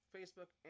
Facebook